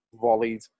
volleyed